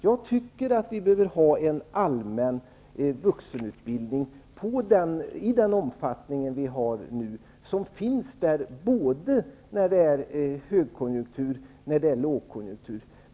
Jag tycker att vi behöver ha en allmän vuxenutbildning i den omfattning vi nu har, som finns både när det är högkonjunktur och lågkonjunktur.